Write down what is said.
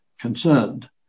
concerned